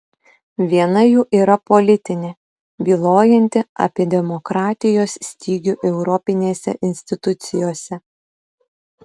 viena jų yra politinė bylojanti apie demokratijos stygių europinėse institucijose